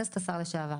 השר לשעבר.